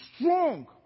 strong